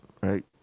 right